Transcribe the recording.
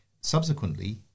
Subsequently